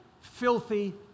filthy